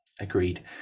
Agreed